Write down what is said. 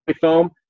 foam